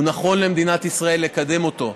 נכון למדינת ישראל לקדם אותו.